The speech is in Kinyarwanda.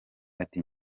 ati